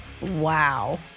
Wow